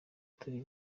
turi